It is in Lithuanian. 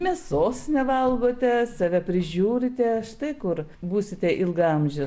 mėsos nevalgote save prižiūrite štai kur būsite ilgaamžis